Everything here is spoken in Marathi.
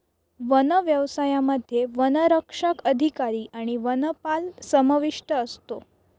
वन व्यवसायामध्ये वनसंरक्षक अधिकारी आणि वनपाल समाविष्ट असतो